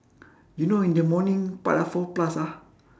you know in the morning part ah four plus ah